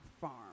farm